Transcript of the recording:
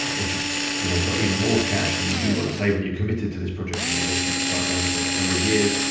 if you've you know got even more cash and you do wanna and save and you're committed to this project and you're gonna keep the site running for a number of years,